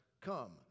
come